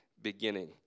Beginning